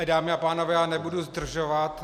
Dámy a pánové, já nebudu zdržovat.